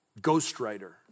ghostwriter